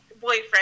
boyfriend